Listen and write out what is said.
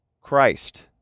Christ